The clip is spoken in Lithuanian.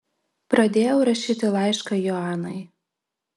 pradėjau rašyti laišką joanai